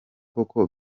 koko